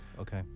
Okay